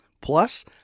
Plus